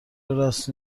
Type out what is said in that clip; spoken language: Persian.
راست